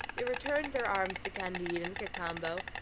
they returned their arms to candide and cacambo,